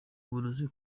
uburozi